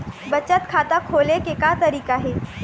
बचत खाता खोले के का तरीका हे?